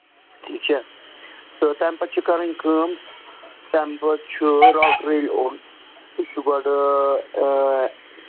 ٹھیٖک چھا تہٕ تَمہِ پَتہٕ چھِ کَرٕنۍ کٲم تَمہِ پَتہٕ چھُ روٹر ییٚلہِ اوٚن سُہ چھُ گۄڈٕ